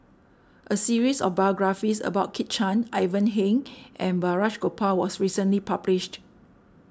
a series of biographies about Kit Chan Ivan Heng and Balraj Gopal was recently published